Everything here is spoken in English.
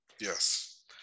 Yes